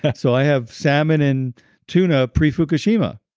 so i have salmon and tuna pre-fukushima,